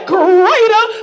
greater